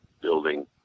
Building